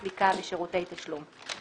סליקה ושירותי תשלום.